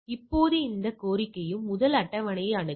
இப்போது எந்த கோரிக்கையும் முதலில் அட்டவணையை அணுகவும்